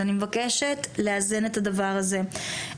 אז אני מבקשת לאזן את הדבר הזה.